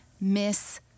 miss